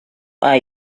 are